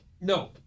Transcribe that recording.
No